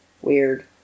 weird